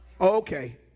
Okay